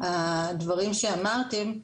הדברים שאמרתם.